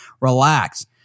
relax